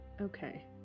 Okay